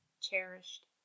cherished